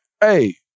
hey